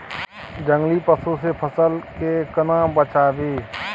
जंगली पसु से फसल के केना बचावी?